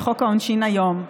בחוק העונשין היום,